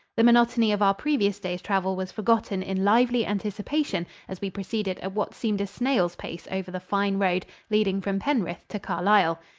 the monotony of our previous day's travel was forgotten in lively anticipation as we proceeded at what seemed a snail's pace over the fine road leading from penrith to carlisle.